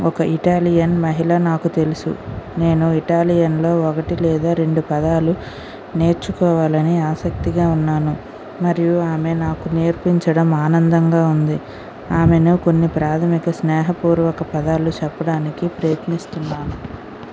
ఒక ఇటాలియన్ మహిళ నాకు తెలుసు నేను ఇటాలియన్లో ఒకటి లేదా రెండు పదాలు నేర్చుకోవాలని ఆసక్తిగా ఉన్నాను మరియు ఆమె నాకు నేర్పించడం ఆనందంగా ఉంది ఆమెను కొన్ని ప్రాథమిక స్నేహపూర్వక పదాలు చెప్పడానికి ప్రయత్నిస్తున్నాను